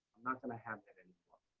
i'm not going to have that anymore.